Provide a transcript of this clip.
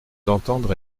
d’entendre